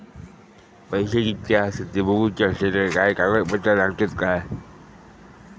पैशे कीतके आसत ते बघुचे असले तर काय कागद पत्रा लागतात काय?